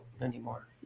anymore